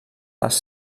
les